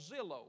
Zillow